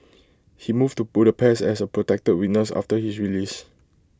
he moved to Budapest as A protected witness after his release